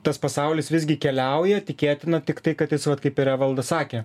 tas pasaulis visgi keliauja tikėtina tiktai kad jis vat kaip ir evalda sakė